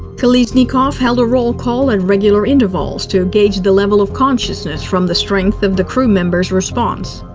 kolesnikov held a roll call at regular intervals to gauge the level of consciousness from the strength of the crew member's response.